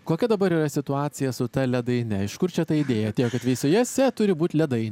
kokia dabar yra situacija su ta ledaine iš kur čia ta idėja atėjo kad veisiejuose turi būti ledai